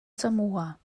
samoa